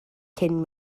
cyn